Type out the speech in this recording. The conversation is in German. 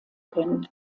können